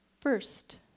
First